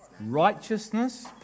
Righteousness